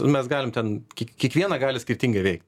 mes galim ten kiek kiekvieną gali skirtingai veikt